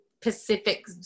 Pacific